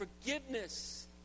Forgiveness